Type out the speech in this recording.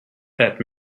that